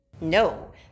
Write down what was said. No